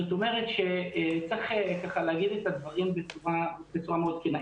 זאת אומרת שצריך להגיד את הדברים בצורה מאוד כנה.